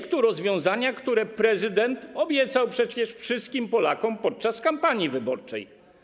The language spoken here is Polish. Chodzi o rozwiązanie, które prezydent obiecał przecież wszystkim Polakom podczas kampanii wyborczej.